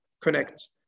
connect